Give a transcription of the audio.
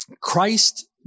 Christ